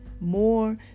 More